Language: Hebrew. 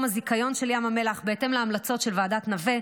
הזיכיון של ים המלח בהתאם להמלצות של ועדת נווה.